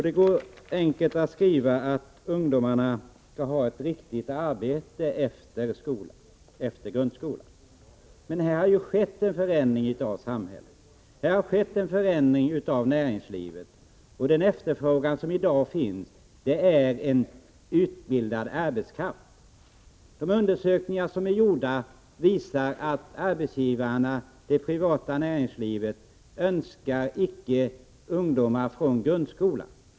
Det är enkelt att skriva att ungdomarna skall ha ett riktigt arbete efter grundskolan. Men det har skett en förändring av samhället och av näringslivet. Den efterfrågan som i dag finns gäller utbildad arbetskraft. De undersökningar som är gjorda visar att arbetsgivarna och det privata näringslivet inte önskar ungdomar från grundskolan.